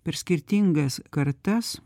per skirtingas kartas